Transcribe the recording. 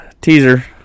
Teaser